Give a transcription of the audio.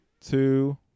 two